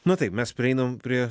na taip mes prieinam prie